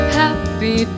happy